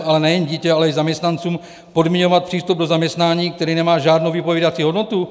Ale nejen dítě, ale i zaměstnancům podmiňovat přístup do zaměstnání, který nemá žádnou vypovídací hodnotu?